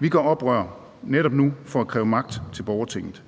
Vi gør oprør netop nu for at kræve magt til Borgertinget.